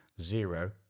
zero